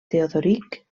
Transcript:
teodoric